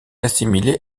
assimilé